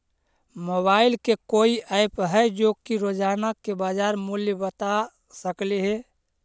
Mobile के कोइ app है जो कि रोजाना के बाजार मुलय बता सकले हे?